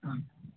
ആ